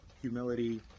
humility